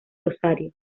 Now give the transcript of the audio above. rosario